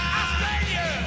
Australia